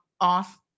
off